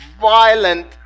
violent